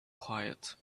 quiet